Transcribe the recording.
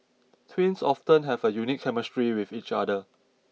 twins often have a unique chemistry with each other